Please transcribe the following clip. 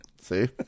See